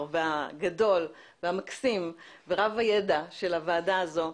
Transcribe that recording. והגדול והמקסים ורב הידע של הוועדה הזו,